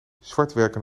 zwartwerken